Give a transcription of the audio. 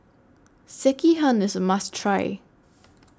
Sekihan IS A must Try